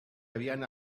habían